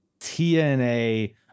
TNA